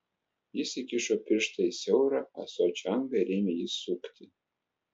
jis įkišo pirštą į siaurą ąsočio angą ir ėmė jį sukti